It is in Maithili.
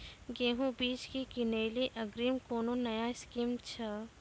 गेहूँ बीज की किनैली अग्रिम कोनो नया स्कीम छ?